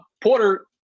Porter